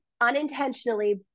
unintentionally